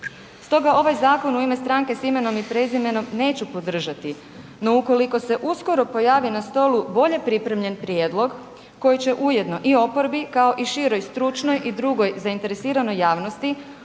Stoga ovaj zakon u ime Stranke s imenom i prezimenom neću podržati. No ukoliko se uskoro pojavi na stolu bolje pripremljen prijedlog koji će ujedno i oporbi kao i široj stručnoj i drugoj zainteresiranoj javnosti